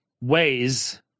ways